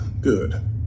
good